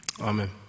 Amen